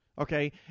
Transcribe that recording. Okay